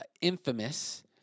infamous